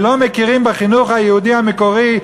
ולא מכירים בחינוך היהודי המקורי,